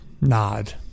nod